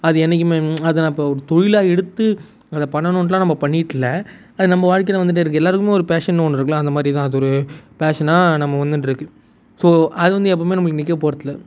அது என்றைக்குமே அதை நான் இப்போது ஒரு தொழிலாக எடுத்து அதை பண்ணணும்ன்ட்டுலாம் நம்ம பண்ணிட்டுல்லை அது நம்ம வாழ்க்கையில் வந்துட்டே இருக்குது எல்லோருக்குமே ஒரு பேஷன்னு ஒன்று இருக்கும்ல அந்த மாதிரி தான் அது ஒரு பேஷனாக நம்ம வந்துட்ருக்கு ஸோ அது வந்து எப்பவும் நம்மளுக்கு நிற்க போகிறதில்ல